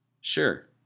Sure